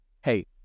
Hey